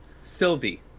Sylvie